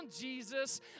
Jesus